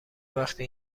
وقتی